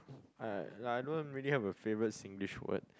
!wah! I I don't really have a favourite Singlish word